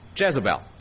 Jezebel